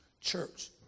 church